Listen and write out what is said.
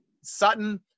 Sutton